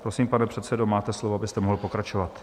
Prosím, pane předsedo, máte slovo, abyste mohl pokračovat.